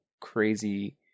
crazy